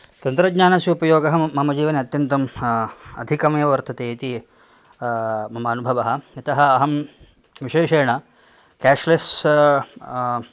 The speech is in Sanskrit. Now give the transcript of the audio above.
तन्त्रज्ञानस्य उपयोगः मम जीवने अत्यन्तम् अधिकम् एव वर्तते इति मम अनुभवः यतः अहं विशेषेण केश् लेस्